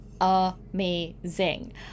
amazing